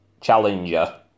challenger